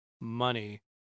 money